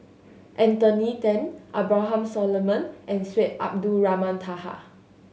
Anthony Then Abraham Solomon and Syed Abdulrahman Taha